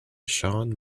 shaun